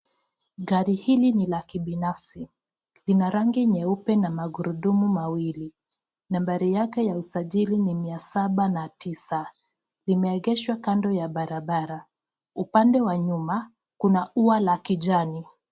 Gari hili ni la kibinafsi, zina rangi nyeupe na magurudumu mawili. Nambari yake ya usajili ni mia saba na tisa. Limeegeshwa kando ya barabara, upande wa nyuma kuna ua la kijani.